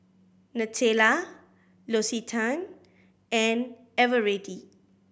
Nutella L'Occitane and Eveready